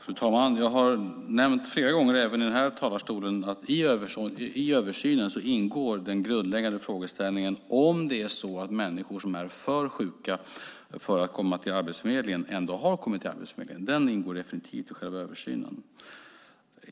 Fru talman! Jag har nämnt flera gånger, även i denna talarstol, att i översynen ingår den grundläggande frågeställningen om det är så att människor som är för sjuka för att komma till Arbetsförmedlingen ändå har kommit dit. Den ingår definitivt i själva översynen.